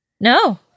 no